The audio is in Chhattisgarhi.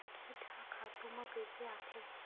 कीट ह खातु म कइसे आथे?